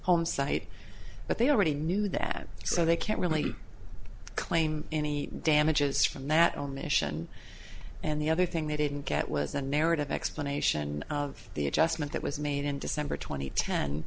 homesite but they already knew that so they can't really claim any damages from that omission and the other thing they didn't get was a narrative explanation of the adjustment that was made in december tw